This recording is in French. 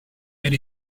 elle